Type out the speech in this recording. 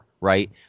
right